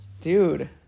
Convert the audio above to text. dude